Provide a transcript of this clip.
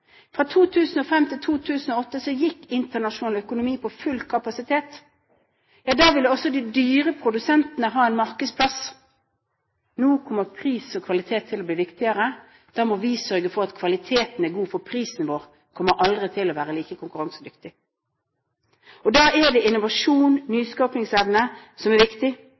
Fra 2005 til 2008 gikk internasjonal økonomi for full kapasitet. Da hadde også de dyre produsentene en markedsplass. Nå kommer pris og kvalitet til å bli viktigere. Da må vi sørge for at kvaliteten er god, for prisen vår kommer aldri til å være like konkurransedyktig. Da er det innovasjon og nyskapingsevne som er viktig.